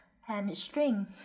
hamstring